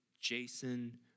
Jason